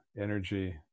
energy